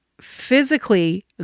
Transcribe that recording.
physically